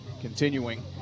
continuing